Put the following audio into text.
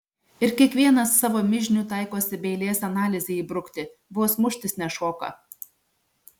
ir kiekvienas savo mižnių taikosi be eilės analizei įbrukti vos muštis nešoka